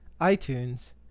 iTunes